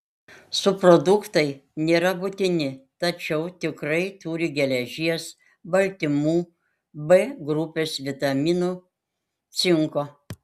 subproduktai nėra būtini tačiau tikrai turi geležies baltymų b grupės vitaminų cinko